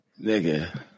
nigga